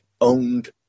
owned